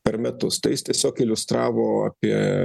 per metus tai jis tiesiog iliustravo apie